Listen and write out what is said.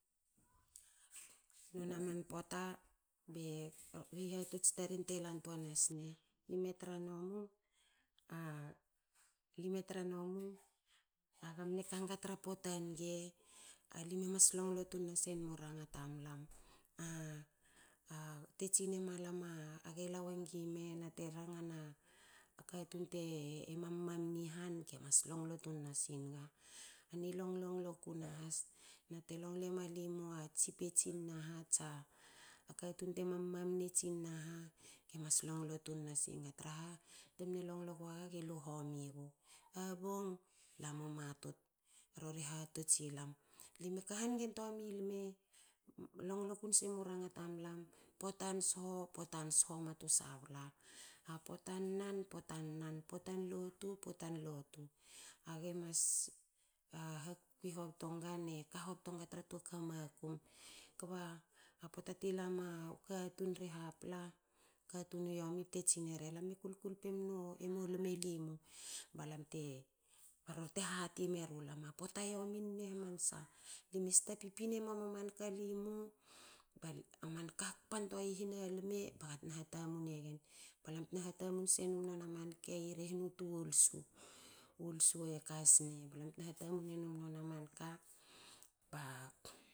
Noni a man pota be hihatots taren te lantoa nasne. Limu tra nomu aga mne kaga tra pota nge. alimu mas longlo tun nasenomu u ranga tamlam. A te tsi ne malam aga e lawengi me na te ranga na katun te mammamne han. gemas longlo tun nasinga. ani longlo ku nahas nate longlo malimu e chief e tsin na katun te mam mam ne i han gemas longlo tun nasinga tra ha temne longlo gua ga. ge lu homi gu. A bong lam u matut. rori hatots i han ka hangentua i lme. Longlo kunsi u ranga tamlam. Potan sho. potan sho. mua tu sabala. Potan nan. potan lotu, aga e mas kwi hoboto nga ne ka hoboton nga tra toa ku a makum. kba pota te lama u katun ri hapla katun yomi bte tsineri lame kui e mo lme limu. Ba lam te. Ba rori te hate meru lam a pota a yomi hominue hamansa rek me sta pipin emu a manka.